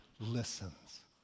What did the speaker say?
listens